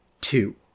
Two